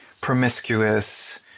promiscuous